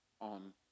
on